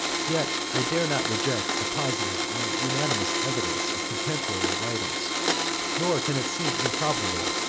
yet i dare not reject the positive and unanimous evidence of contemporary writers nor can it seem improbable,